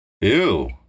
Ew